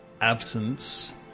absence